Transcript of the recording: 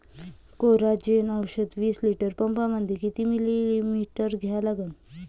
Coragen औषध विस litre पंपामंदी किती मिलीमिटर घ्या लागन?